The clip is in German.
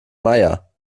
meier